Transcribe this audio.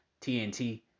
TNT